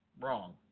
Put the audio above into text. Wrong